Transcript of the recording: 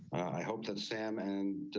i hope that sam and